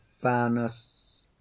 fairness